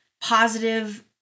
positive